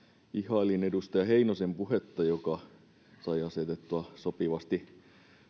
ihailin edustaja heinosen puhetta kun hän sai asetettua sopivasti